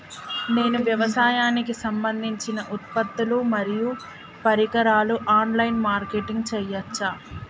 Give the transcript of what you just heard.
నేను వ్యవసాయానికి సంబంధించిన ఉత్పత్తులు మరియు పరికరాలు ఆన్ లైన్ మార్కెటింగ్ చేయచ్చా?